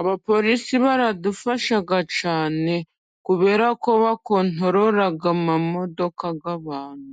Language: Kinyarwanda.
Abapolisi baradufasha cyane kubera ko bakontorora imodoka z'abantu,